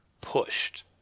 pushed